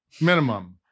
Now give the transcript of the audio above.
minimum